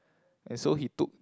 and so he took